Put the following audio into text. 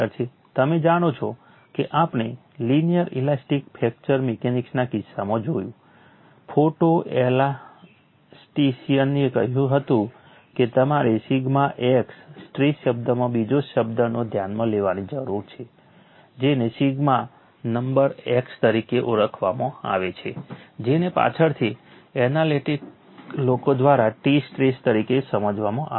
તમે જાણો છો કે આપણે લિનિયર ઇલાસ્ટિક ફ્રેક્ચર મિકેનિક્સના કિસ્સામાં જોયું ફોટોએલાસ્ટિશિયને કહ્યું હતું કે તમારે સિગ્મા x સ્ટ્રેસ શબ્દમાં બીજા શબ્દને ધ્યાનમાં લેવાની જરૂર છે જેને સિગ્મા નંબર x તરીકે ઓળખવામાં આવે છે જેને પાછળથી એનાલિટિકલ લોકો દ્વારા T સ્ટ્રેસ તરીકે સમજવામાં આવ્યું હતું